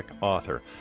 author